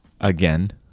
Again